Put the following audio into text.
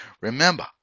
Remember